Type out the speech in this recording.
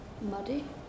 Muddy